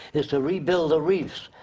is to rebuild the reefs,